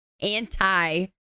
anti-